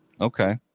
okay